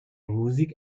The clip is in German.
musik